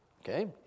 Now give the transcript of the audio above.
Okay